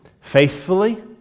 Faithfully